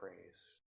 praise